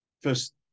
first